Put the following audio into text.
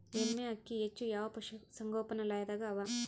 ಎಮ್ಮೆ ಅಕ್ಕಿ ಹೆಚ್ಚು ಯಾವ ಪಶುಸಂಗೋಪನಾಲಯದಾಗ ಅವಾ?